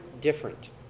different